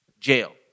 jail